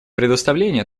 предоставления